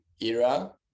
era